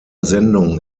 sendung